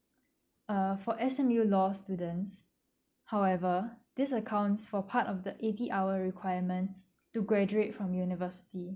uh for S_M_U law students however this accounts for part of the eighty hour requirement to graduate from university